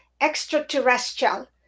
Extraterrestrial